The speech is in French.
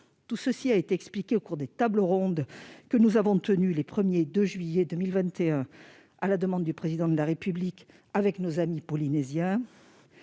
Tout cela a été expliqué au cours des tables rondes que nous avons tenues les 1 et 2 juillet 2021, à la demande du Président de la République, avec nos amis polynésiens.